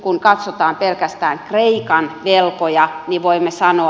kun katsotaan pelkästään kreikan velkoja niin voimme sanoa